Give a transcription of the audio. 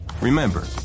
Remember